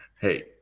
Hey